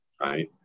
right